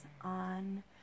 on